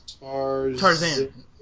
Tarzan